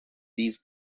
these